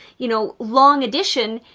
you know, long addition.